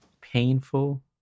painful